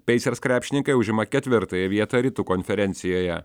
pacers krepšininkai užima ketvirtąją vietą rytų konferencijoje